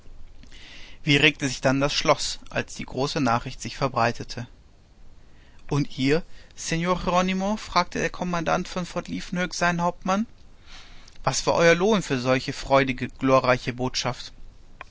wie regte sich dann das schloß als die große nachricht sich verbreitete und ihr ihr seor jeronimo fragte der kommandant von fort liefkenhoek seinen hauptmann was war euer lohn für solche freudige glorreiche botschaft